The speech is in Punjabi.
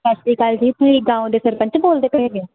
ਸਤਿ ਸ਼੍ਰੀ ਅਕਾਲ ਜੀ ਤੁਸੀਂ ਗਾਓ ਦੇ ਸਰਪੰਚ ਬੋਲਦੇ ਪਏ ਹੈਗੇ ਆ